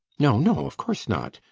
no, no, of course not!